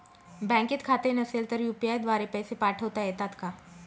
बँकेत खाते नसेल तर यू.पी.आय द्वारे पैसे पाठवता येतात का?